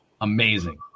amazing